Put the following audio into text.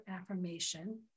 affirmation